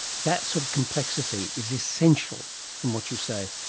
that sort of complexity is essential, from what you say,